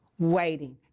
waiting